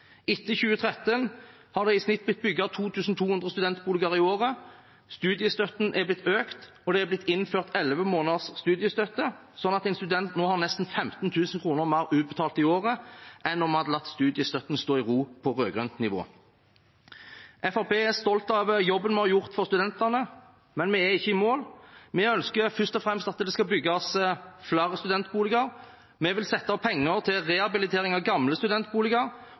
Etter 2013 har det i snitt blitt bygget 2 200 studentboliger i året. Studiestøtten er blitt økt, og det er blitt innført elleve måneders studiestøtte, sånn at en student nå har nesten 15 000 kr mer utbetalt i året enn om vi hadde latt studiestøtten stå i ro på rød-grønt nivå. Fremskrittspartiet er stolt av jobben vi har gjort for studentene, men vi er ikke i mål. Vi ønsker først og fremst at det skal bygges flere studentboliger. Vi vil sette av penger til rehabilitering av gamle studentboliger